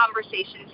conversations